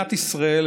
ומדינת ישראל,